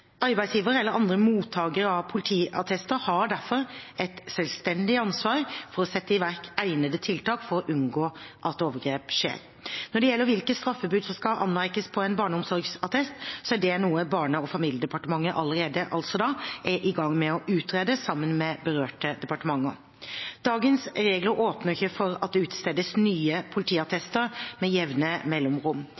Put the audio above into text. Arbeidsgiver eller andre mottakere av politiattester har derfor et selvstendig ansvar for å sette i verk egnede tiltak for å unngå at overgrep skjer. Når det gjelder hvilke straffebud som skal anmerkes på en barneomsorgsattest, er det noe Barne- og familiedepartementet allerede er i gang med å utrede, sammen med berørte departementer. Dagens regler åpner ikke for at det utstedes nye